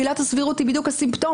עילת הסבירות היא בדיוק הסימפטום,